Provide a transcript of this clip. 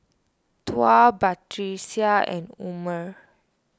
Tuah Batrisya and Umar